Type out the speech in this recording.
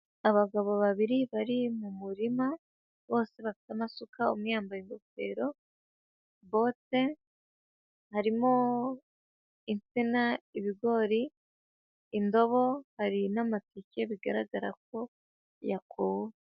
Abagabo babiri bari mu murima, bose bafite amasuka, umwe yambaye ingofero, bote, harimo insina, ibigori, indobo, hari n'amateke bigaragara ko yakuwe.